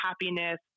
happiness